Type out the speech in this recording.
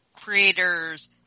creators